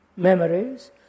Memories